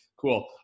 Cool